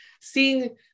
seeing